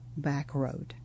Backroad